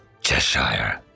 Cheshire